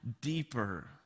deeper